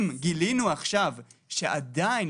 אם גילינו עכשיו שעדיין,